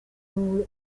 w’u